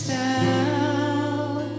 down